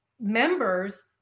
members